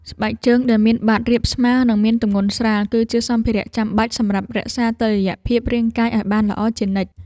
ស្បែកជើងដែលមានបាតរាបស្មើ និងមានទម្ងន់ស្រាល គឺជាសម្ភារៈចាំបាច់សម្រាប់រក្សាតុល្យភាពរាងកាយឱ្យបានល្អជានិច្ច។